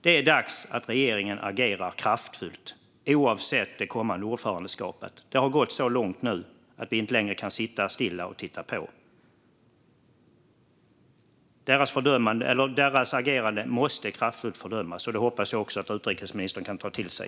Det är dags att regeringen agerar kraftfullt, oavsett det kommande ordförandeskapet. Det har gått så långt nu att vi inte längre kan sitta stilla och titta på. Deras agerande måste kraftfullt fördömas, och det hoppas jag att utrikesministern kan ta till sig.